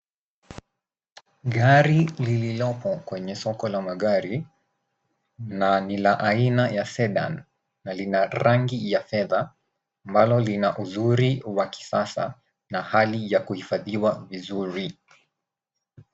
Gari lililoko kwenye soko la magari, na ni la aina ya Sedan na lina rangi ya fedha, ambalo lina uzuri wa kisasa na hali ya kuhifadhiwa vizuri.